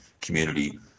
community